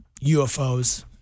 UFOs